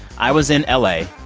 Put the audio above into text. i was in ah la,